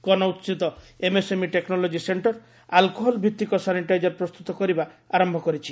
କନୌଜସ୍ଥିତ MSME technology centre ଆଲ୍କୋହଲ୍ଭିତ୍ତିକ sanitiser ପ୍ରସ୍ତୁତ କରିବା ଆରମ୍ଭ କରିଛି